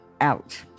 out